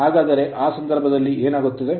ಹಾಗಾದರೆ ಆ ಸಂದರ್ಭದಲ್ಲಿ ಏನಾಗುತ್ತದೆ